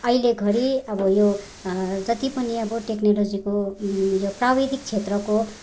अहिले घडी अब यो जति पनि अब टेक्नोलोजीको यो प्राविधिक क्षेत्रको